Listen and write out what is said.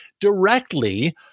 directly